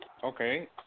Okay